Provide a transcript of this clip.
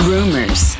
Rumors